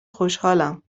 خوشحالم